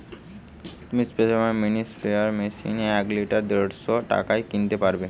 তুমি স্পেয়ারম্যান mini sprayer machine এক লিটার দেড়শ টাকায় কিনতে পারবে